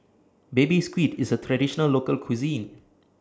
Baby Squid IS A Traditional Local Cuisine